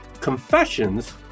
Confessions